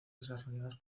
desarrolladas